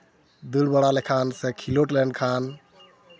ᱫᱟᱹᱲ ᱵᱟᱲᱟ ᱞᱮᱱᱠᱷᱟᱱ ᱥᱮ ᱠᱷᱮᱞᱚᱸᱰ ᱞᱮᱱᱠᱷᱟᱱ